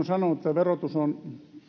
sanonut että verotus on